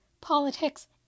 politics